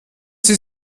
sie